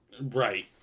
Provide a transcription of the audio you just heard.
Right